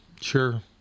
sure